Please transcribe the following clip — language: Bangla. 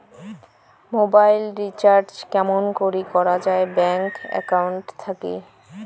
মোবাইল রিচার্জ কেমন করি করা যায় ব্যাংক একাউন্ট থাকি?